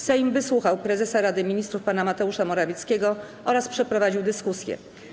Sejm wysłuchał prezesa Rady Ministrów pana Mateusza Morawieckiego oraz przeprowadził dyskusję.